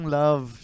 love